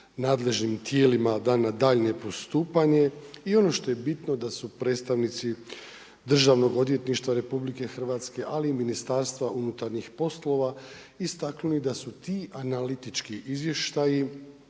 nadležnim tijelima da na daljnje postupanje i ono što je bitno da su predstavnici Državnog odvjetništva RH, ali i Ministarstva unutarnjih poslova istaknuli da su ti analitički izvještaji